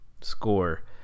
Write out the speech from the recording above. score